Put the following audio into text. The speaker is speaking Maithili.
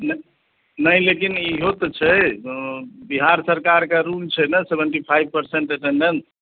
नहि लेकिन ईहो तऽ छै बिहार सरकार के रूल छै ने सेवेंटी फाइव परसेंट एटेंडेंस